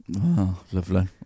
lovely